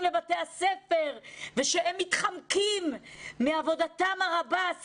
לבתי הספר ושהם מתחמקים מעבודתם הרבה.